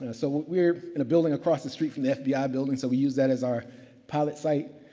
ah so, we're in a building across the street from the fbi ah building. so we used that as our pilot site.